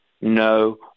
no